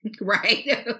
Right